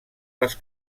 les